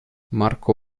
marco